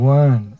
one